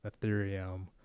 Ethereum